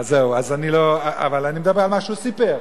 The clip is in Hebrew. אז אני לא, אבל אני מדבר על מה שהוא סיפר.